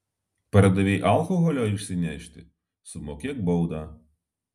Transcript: pardavei alkoholio išsinešti sumokėk baudą